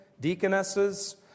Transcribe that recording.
deaconesses